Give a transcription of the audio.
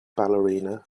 ballerina